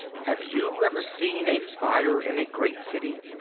have you ever seen a fire in a great city?